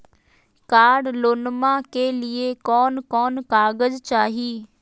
कार लोनमा के लिय कौन कौन कागज चाही?